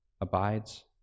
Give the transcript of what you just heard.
abides